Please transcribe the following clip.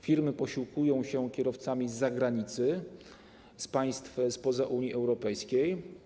Firmy posiłkują się kierowcami z zagranicy, z państw spoza Unii Europejskiej.